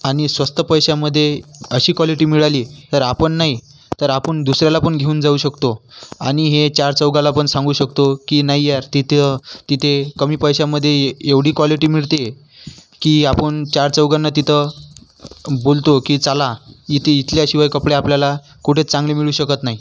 आणि स्वस्त पैशामध्ये अशी क्वॉलिटी मिळाली तर आपण नाही तर आपण दुसऱ्याला पण घेऊन जाऊ शकतो आणि हे चारचौघाला पण सांगू शकतो की नाही यार तित्य तिथे कमी पैशामध्ये येवढी क्वॉलिटी मिळते की आपण चारचौघांना तिथं बोलतो की चला इथे इथल्याशिवाय कपडे आपल्याला कुठेच चांगले मिळू शकत नाही